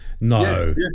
no